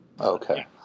Okay